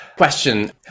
Question